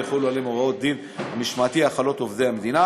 יחולו עליהם הוראות הדין המשמעתי החלות על עובדי המדינה.